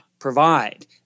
provide